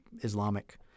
Islamic